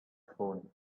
phone